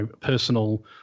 personal